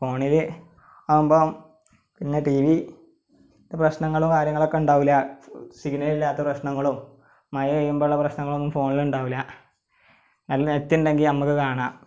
ഫോണിൽ ആവുമ്പോൾ പിന്നെ ടി വി പ്രശ്നങ്ങളും കാര്യങ്ങളൊക്കെ ഉണ്ടാവില്ല സിഗ്നല് ഇല്ലാത്ത പ്രശ്നങ്ങളും മഴ പെയ്യുമ്പോൾ ഉള്ള പ്രശ്നങ്ങൾ ഒന്നും ഫോണിൽ ഉണ്ടാവില്ല അതിൽ നെറ്റുണ്ടെങ്കിൽ നമ്മൾക്ക് കാണാം